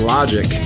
Logic